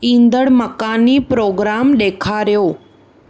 ईंदड़ मक़ानी प्रोग्राम ॾेखारियो